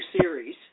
series